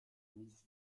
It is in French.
mrs